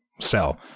sell